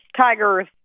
Tigers